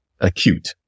acute